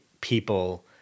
people